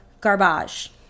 garbage